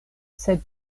sed